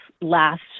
last